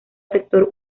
sector